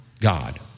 God